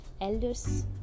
elders